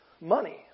money